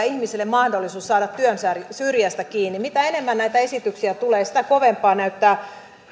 ihmisille mahdollisuus saada työn syrjästä kiinni mitä enemmän näitä esityksiä tulee sitä kovempaa näyttää